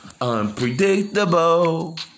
Unpredictable